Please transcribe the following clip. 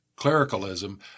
Clericalism